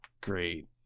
great